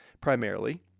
primarily